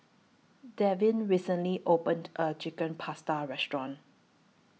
Devyn recently opened A Chicken Pasta Restaurant